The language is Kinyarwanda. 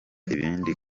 ibindi